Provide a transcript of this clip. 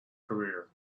career